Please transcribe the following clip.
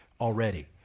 already